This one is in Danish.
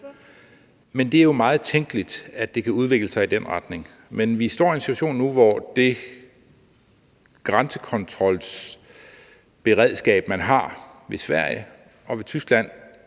Men det er jo meget tænkeligt, at det kan udvikle sig i den retning. Men vi står i en situation nu, hvor det grænsekontrolsberedskab, man har ved Sverige og ved Tyskland,